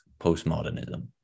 postmodernism